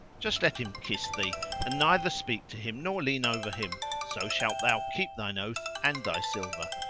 just let him kiss thee and neither speak to him nor lean over him, so shalt thou keep thine oath and thy silver,